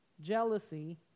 jealousy